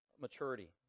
Maturity